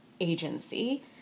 agency